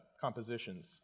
compositions